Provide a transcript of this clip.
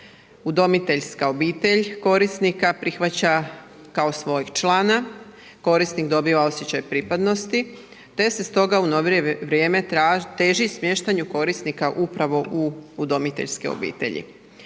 Udomiteljska obitelj korisnika prihvaća kao svojeg člana. Korisnik dobiva osjećaj pripadnosti te se stoga u novije vrijeme teži smještanju korisnika upravo u udomiteljske obitelji.